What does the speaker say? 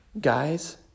guys